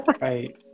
Right